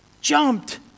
jumped